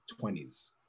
20s